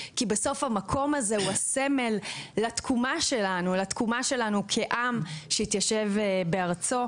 כי בסוף המקום הזה הוא הסמל לתקומה שלנו כעם שהתיישב בארצו.